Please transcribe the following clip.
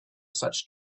such